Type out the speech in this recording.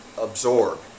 absorb